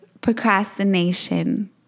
procrastination